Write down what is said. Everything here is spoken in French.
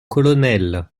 colonel